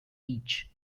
each